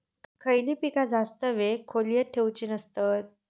खयली पीका जास्त वेळ खोल्येत ठेवूचे नसतत?